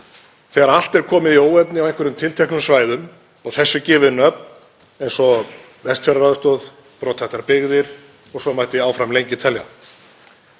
þegar allt er komið í óefni á einhverjum tilteknum svæðum og því gefin nöfn eins og Vestfjarðaraðstoð, Brothættar byggðir og svo mætti áfram lengi telja.